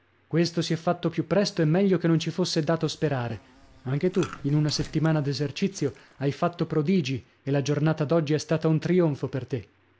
questo si è fatto più presto e meglio che non ci fosse dato sperare anche tu in una settimana d'esercizio hai fatto prodigi e la giornata d'oggi è stata un trionfo per te